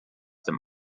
dem